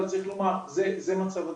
אבל זה מצב הדברים.